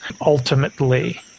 ultimately